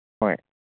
ꯍꯣꯏ